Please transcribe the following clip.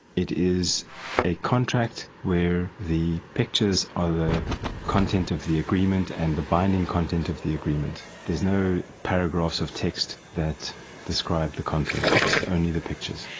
it is a contract where the pictures are the content of the agreement and the binding content of the agreement. there is no paragraphs of text that describe the content, it's only the pictures.